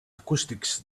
acoustics